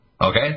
Okay